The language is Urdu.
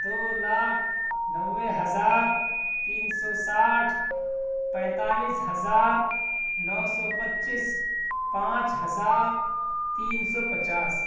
دو لاکھ نوے ہزار تین سو ساٹھ پینتالیس ہزار نو سو پچیس پانچ ہزار تین سو پچاس